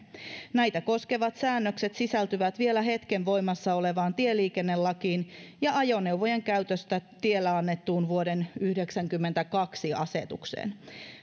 näitä koskevat säännökset sisältyvät vielä hetken voimassaolevaan tieliikennelakiin ja ajoneuvojen käytöstä tiellä annettuun vuoden yhdeksänkymmentäkaksi asetukseen